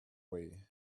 way